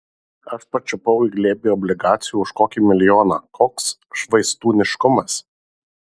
aš pačiupau į glėbį obligacijų už kokį milijoną koks švaistūniškumas